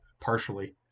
partially